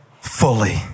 fully